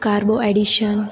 કાર્બોએડીશન